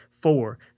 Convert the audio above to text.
four